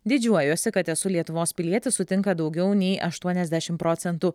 didžiuojuosi kad esu lietuvos pilietis sutinka daugiau nei aštuoniasdešimt procentų